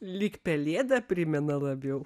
lyg pelėdą primena labiau